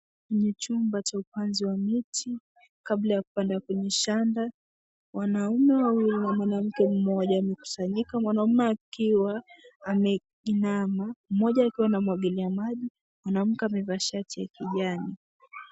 Kwenye chumba cha upanzi wa miti, kabla ya kupanda kwenye shamba. Wanaume wawili na mwanamke mmoja wamekusanyika, mwanaume akiwa ameinama, mmoja akiwa anamwagilia maji. Mwanamke amevaa shati ya kijani.